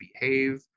Behave